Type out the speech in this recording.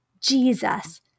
Jesus